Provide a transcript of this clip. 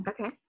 okay